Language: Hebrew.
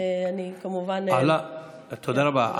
תודה רבה.